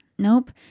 Nope